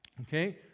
okay